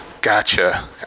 Gotcha